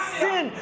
sin